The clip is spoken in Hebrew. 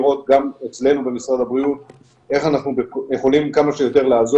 תראה איך שהשכן ההוא יודע להרים את הפח,